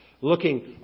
looking